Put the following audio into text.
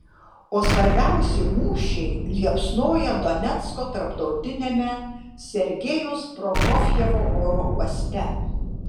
o svarbiausi mūšiai liepsnoja donecko tarptautiniame sergejaus prokofjevo oro uoste